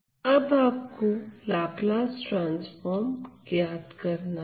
अब आपको Laplace transform ज्ञात करना है